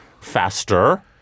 faster